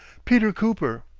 peter cooper.